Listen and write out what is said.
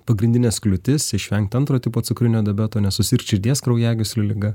pagrindines kliūtis išvengti antro tipo cukrinio diabeto nesusirgt širdies kraujagyslių liga